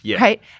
Right